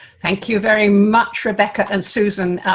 thank you very much, rebecca and susan,